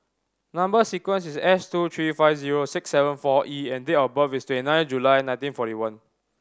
number sequence is S two three five zero six seven four E and date of birth is twenty nine July nineteen forty one